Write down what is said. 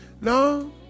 No